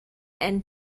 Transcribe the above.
end